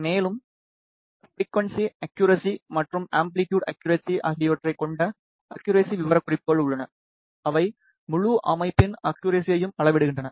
மேலும் frequency accuracy மற்றும் amplitude accuracy ஆகியவற்றைக் கொண்ட அக்குரஸி விவரக்குறிப்புகள் உள்ளன அவை முழு அமைப்பின் அக்குரஸியையும் அளவிடுகின்றன